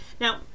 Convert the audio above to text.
Now